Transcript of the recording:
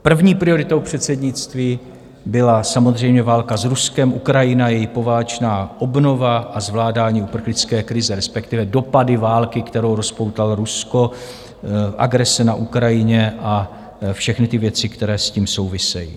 První prioritou předsednictví byla samozřejmě válka s Ruskem, Ukrajina, její poválečná obnova a zvládání uprchlické krize, respektive dopady války, kterou rozpoutalo Rusko, agrese na Ukrajině a všechny ty věci, které s tím souvisejí.